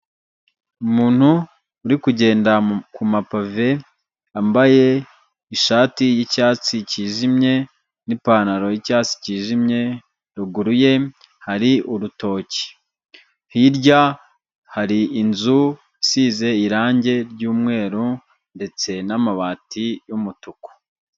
Umuntu uri kugenda ku mapove, yambaye ishati y'icyatsi cyijimye n'ipantaro y'icyatsi cyijimye, ruguru ye hari urutoki. Hirya hari inzu isize irange ry'umweru ndetse n'amabati y'umutuku.